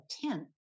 tent